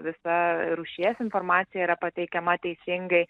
visa rūšies informacija yra pateikiama teisingai